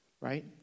Right